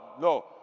no